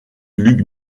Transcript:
luc